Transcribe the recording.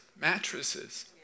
mattresses